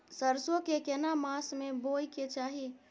सरसो के केना मास में बोय के चाही?